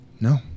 No